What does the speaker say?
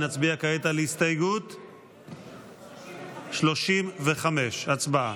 נצביע כעת על הסתייגות 35. הצבעה.